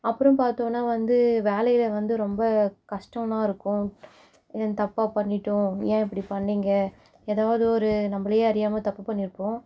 அப்புறம் பார்த்தோன்னா வந்து வேலைல வந்து ரொம்ப கஷ்டம்லாம் இருக்கும் தப்பாக பண்ணிவிட்டோம் ஏன் இப்படி பண்ணீங்க எதாவது ஒரு நம்மளையே அறியாமல் தப்பு பண்ணியிருப்போம்